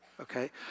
okay